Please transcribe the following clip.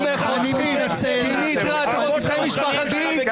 אתה ניאו-נאצי.